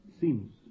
Seems